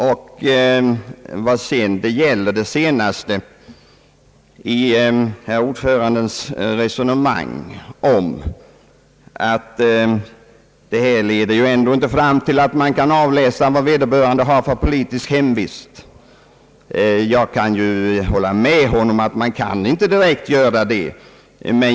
Jag håller med utskottsordföranden att man med nuvarande ordning kanske inte direkt kan avläsa den politiska hemvisten för folk som inte röstat.